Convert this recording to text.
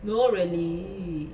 no really